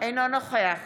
אינו נוכח